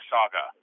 Saga